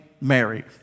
Mary